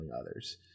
others